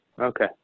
Okay